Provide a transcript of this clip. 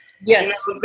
Yes